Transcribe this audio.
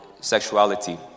sexuality